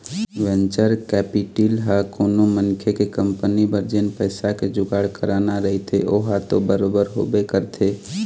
venture capital ह कोनो मनखे के कंपनी बर जेन पइसा के जुगाड़ कराना रहिथे ओहा तो बरोबर होबे करथे